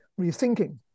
rethinking